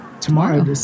Tomorrow